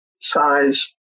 size